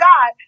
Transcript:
God